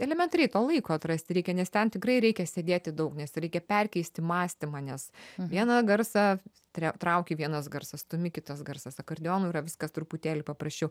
elementariai to laiko atrasti reikia nes ten tikrai reikia sėdėti daug nes reikia perkeisti mąstymą nes vieną garsą striau trauki vienas garsas stumi kitas garsas akordeonu yra viskas truputėlį paprasčiau